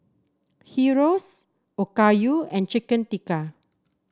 Gyros Okayu and Chicken Tikka